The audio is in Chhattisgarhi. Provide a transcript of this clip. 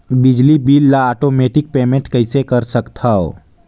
बिजली बिल ल आटोमेटिक पेमेंट कइसे कर सकथव?